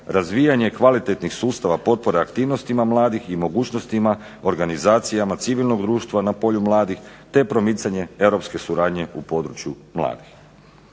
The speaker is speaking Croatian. razvijanje kvalitetnih sustava potpore aktivnostima mladih i mogućnostima organizacijama civilnog društva na polju mladih te promicanje europske suradnje u području mladih.